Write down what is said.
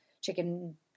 chicken